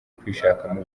kwishakamo